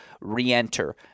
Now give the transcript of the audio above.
re-enter